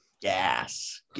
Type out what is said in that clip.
Gas